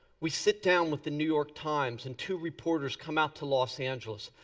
we sit down with the new york times and two reporters come out to los angeles.